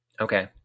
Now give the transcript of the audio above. Okay